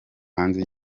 hanze